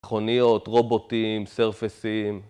מכוניות, רובוטים, סרפסים